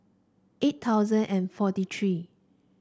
eight thousand and forty three